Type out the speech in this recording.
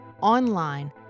online